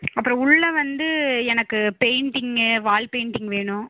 அப்புறம் உள்ளே வந்து எனக்கு பெய்ண்ட்டிங்கு வால் பெய்ண்டிங் வேணும்